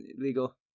Illegal